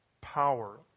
power